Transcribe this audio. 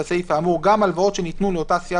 לסעיף האמור גם הלוואות שניתנו לאותה סיעה